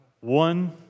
one